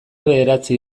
bederatzi